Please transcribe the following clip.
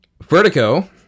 Vertigo